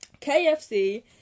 KFC